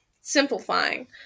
Simplifying